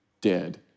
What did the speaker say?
dead